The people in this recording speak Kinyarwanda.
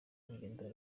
urugendo